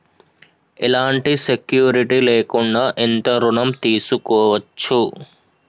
ఎలాంటి సెక్యూరిటీ లేకుండా ఎంత ఋణం తీసుకోవచ్చు?